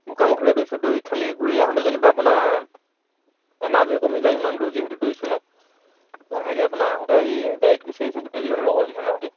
গোগামুখলৈ দৌৰিছোঁ দৌৰি খালি ঘূৰি আহোঁতে যেনিবা আপোনাৰ এনাৰ্জী কমি যায় ইমান দূৰ যিহেতু দৌৰিছোঁ ন লাহেকৈ আপোনাৰ আহোঁতে এই গাড়ীত গুচি আহিছো গোটেইকেইজন লগৰকেইজনৰ সৈতে